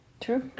True